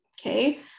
Okay